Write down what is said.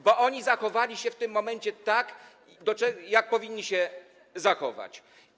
Bo oni zachowali się w tym momencie tak, jak powinni się zachować.